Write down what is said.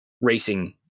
racing